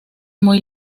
muy